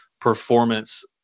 performance